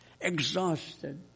exhausted